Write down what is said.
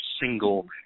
single